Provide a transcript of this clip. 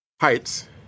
Heights